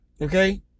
Okay